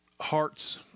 hearts